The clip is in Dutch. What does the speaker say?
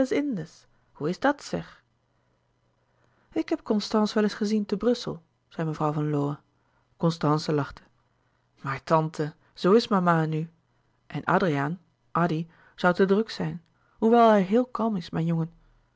hoe is dat sèg ik heb constance wel eens gezien te brussel zei mevrouw van lowe constance lachte maar tante zoo is mama nu en adriaan addy zoû te druk zijn hoewel hij heel kalm is mijn jongen